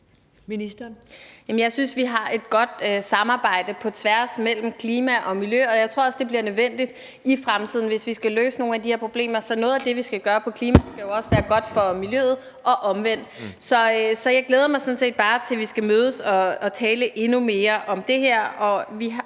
Jeg synes, at vi har et godt samarbejde på tværs af klima- og miljøområdet, og jeg tror også, at det bliver nødvendigt i fremtiden. Hvis vi skal løse nogle af de her problemer, skal noget af det, vi skal gøre på klimaområdet, jo også være godt for miljøet og omvendt. Så jeg glæder mig sådan set bare til, vi skal mødes og tale endnu mere om det her.